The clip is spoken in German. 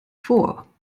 vor